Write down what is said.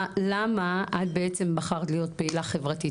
למה את בעצם בחרת להיות פעילה חברתית,